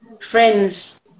friends